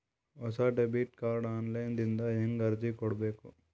ಹೊಸ debit card online ದಿಂದ ಹೇಂಗ ಅರ್ಜಿ ಕೊಡಬೇಕು?